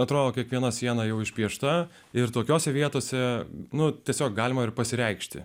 atrodo kiekviena siena jau išpiešta ir tokiose vietose nu tiesiog galima ir pasireikšti